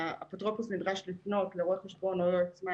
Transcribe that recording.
האפוטרופוס נדרש לפנות לרואה חשבון או ליועץ מס